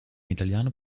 italiano